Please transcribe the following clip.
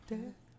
Death